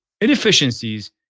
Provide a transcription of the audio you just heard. inefficiencies